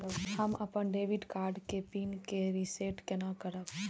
हम अपन debit card के पिन के रीसेट केना करब?